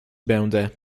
będę